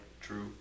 True